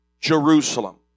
Jerusalem